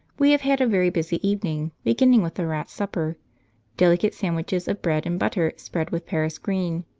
we have had a very busy evening, beginning with the rats' supper delicate sandwiches of bread-and-butter spread with paris green.